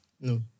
No